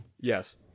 Yes